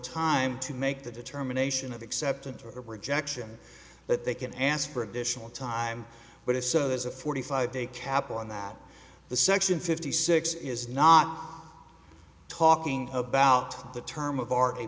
time to make the determination of acceptance or rejection that they can ask for additional time but if so there's a forty five day cap on that the section fifty six is not talking about the term of art a